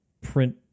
print